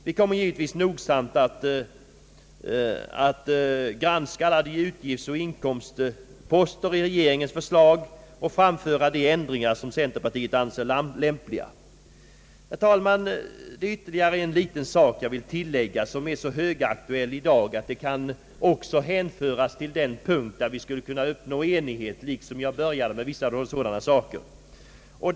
Vi kommer givetvis att noggrant granska all utgiftsoch inkomstposter i regeringens förslag och att framföra de ändringar, som centerpartiet anser lämpliga. Herr talman! Jag vill ytterligare beröra en fråga som i dag är högaktuell och beträffande vilken vi skulle kunna uppnåt enighet — liksom när det gäller de frågor jag tog upp i början av mitt anförande.